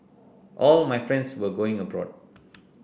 all my friends were going abroad